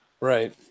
right